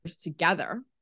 together